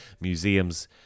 museums